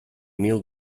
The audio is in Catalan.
mil